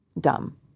dumb